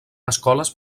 escoles